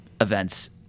events